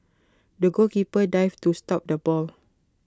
the goalkeeper dived to stop the ball